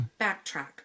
backtrack